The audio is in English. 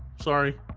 Sorry